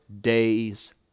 days